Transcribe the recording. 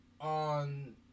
on